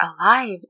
alive